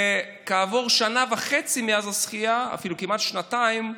שנה וחצי מאז הזכייה, ואפילו כמעט שנתיים,